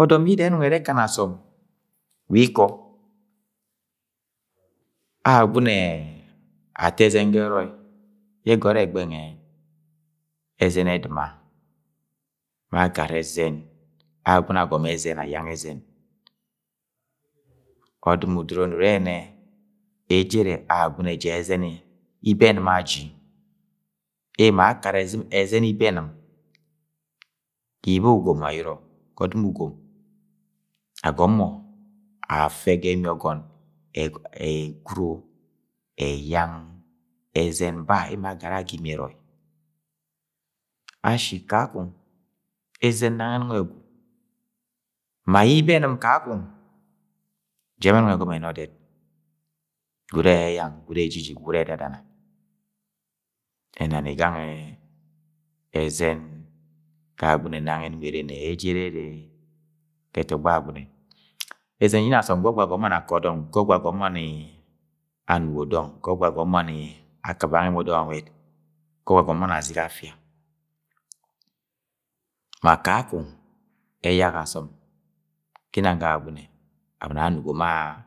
Ọdọm yida yẹ ẹnong ẹrẹ ekana agọm wa ikọ Agwagune ato ẹzẹn ga erọi ye egore egbem nwẹ ẹzẹn edṫma emọ agarai ẹzẹn. Agwagwne agọmọ ẹzẹn ayang ẹzẹn, ọdọdṫm udoro ni urẹ yẹnẹ ejere Agwagume ja ẹzẹnẹ ibenṫm aji emo ma akat ẹzẹn ibenṫm, ibẹ ugom ayọrọ ọdṫm ugom agom mọ afẹ ga imi ọgọn ayang ẹgwururo eyang ẹzẹn ba yẹ ibenṫm kakọng ja mọ ẹnọng ẹgọmọ ẹna ọdet gwud ẹrẹ edadana. Ẹna ni gangẹ ẹzẹn ga Agwagume nang enọng ẹrẹ nẹ ejere ere ga ẹtọgbọ Agwagunẹ, Ẹzẹm jinang agọm ga ọgwu agom mọ ni akọ dọng, ga ọgwu agọm mọ aktp bang emo dọng a nwẹt, ga ọgwu agọm mọ ni aziga afia, ma kakong ẹyak agọm ginang ga Agwagune aboni amugo ma a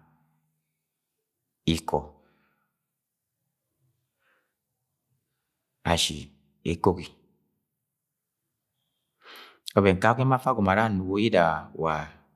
iko aghi ekogi, ọvẹn kakọng emo agọmo anugo wa.